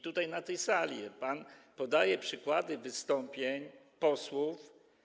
Tutaj, na tej sali, pan podaje przykłady wystąpień posłów.